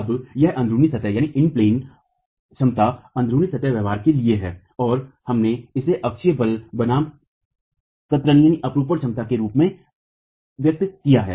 अब यह अन्ध्रुनी सतह क्षमता अन्ध्रुनी सतह व्यवहार के लिए है और हमने इसे अक्षीय बल बनाम कतरनी क्षमता के रूप में व्यक्त किया है